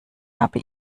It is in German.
habe